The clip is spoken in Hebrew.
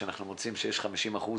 שאנחנו מוצאים שיש 50%